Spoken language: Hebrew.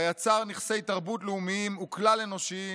בה יצר נכסי תרבות לאומיים וכלל-אנושיים